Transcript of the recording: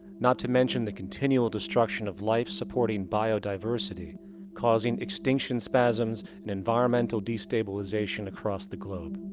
not to mention the continual destruction of life supporting biodiversity causing extinction spasms. and environmental destabilization across the globe.